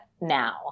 now